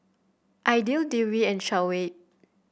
Aidil Dewi and Shoawi